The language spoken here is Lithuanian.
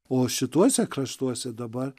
o šituose kraštuose dabar